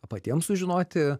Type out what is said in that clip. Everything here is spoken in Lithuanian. patiem sužinoti